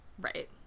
Right